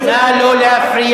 נא לא להפריע.